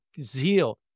zeal